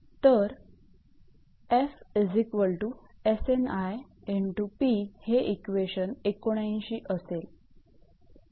तर हे इक्वेशन 79 असेल